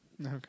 Okay